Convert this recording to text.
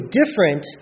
different